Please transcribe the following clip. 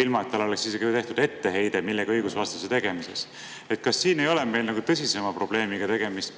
ilma et oleks isegi tehtud etteheide millegi õigusvastase tegemise pärast. Kas siin ei ole tegemist tõsisema probleemiga, mis